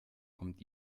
kommt